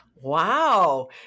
Wow